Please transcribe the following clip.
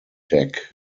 deck